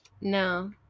No